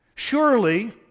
Surely